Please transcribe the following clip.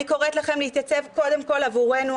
אני קוראת לכם להתייצב קודם כל עבורנו,